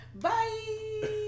bye